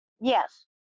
Yes